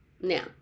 now